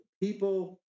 people